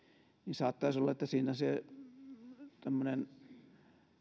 saattaisi olla että siinä tämmöinen